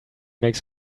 makes